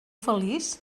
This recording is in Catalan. feliç